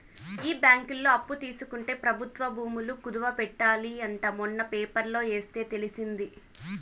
ఈ బ్యాంకులో అప్పు తీసుకుంటే ప్రభుత్వ భూములు కుదవ పెట్టాలి అంట మొన్న పేపర్లో ఎస్తే తెలిసింది